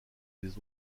des